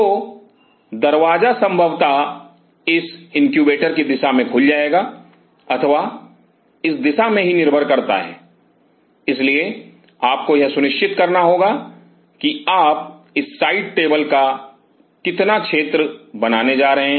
तो दरवाजा संभवतः इस इनक्यूबेटर की दिशा में खुल जाएगा अथवा इस दिशा में ही निर्भर करता है इसलिए आपको यह सुनिश्चित करना होगा कि आप इस साइड टेबल का कितना क्षेत्र बनाने जा रहे हैं